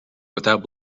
without